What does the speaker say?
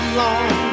long